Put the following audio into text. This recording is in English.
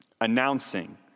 announcing